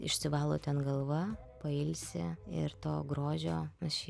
išsivalo ten galva pailsi ir to grožio aš